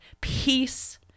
peace